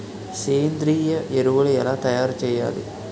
సేంద్రీయ ఎరువులు ఎలా తయారు చేయాలి?